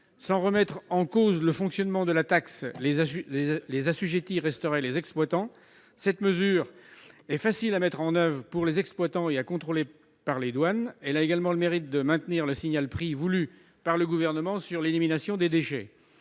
Sans remettre en cause le fonctionnement de la taxe, puisque les assujettis resteraient les exploitants, cette mesure est facile à mettre en oeuvre pour les exploitants et à contrôler par les douanes. Elle a également le mérite de maintenir le signal prix voulu par le Gouvernement sur l'élimination des déchets,